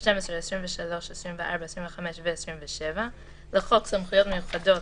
חוק ומשפט בנושא הצעת תקנות סמכויות מיוחדות